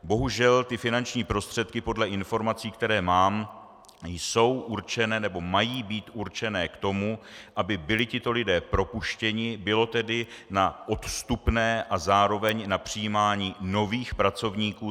Bohužel ty finanční prostředky podle informací, které mám, mají být určeny k tomu, aby byli tito lidé propuštěni, a bylo tedy na odstupné, a zároveň na přijímání nových pracovníků.